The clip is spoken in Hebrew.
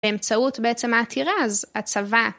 באמצעות בעצם אתי רז, הצבא.